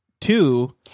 Two